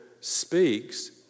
speaks